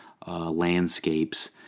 Landscapes